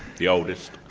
the oldest.